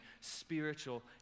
spiritual